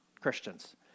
Christians